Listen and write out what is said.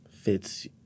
fits